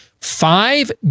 five